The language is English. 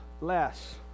less